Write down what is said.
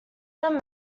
them